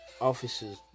Officers